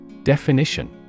Definition